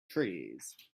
trees